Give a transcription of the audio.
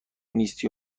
نیستی